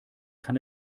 kann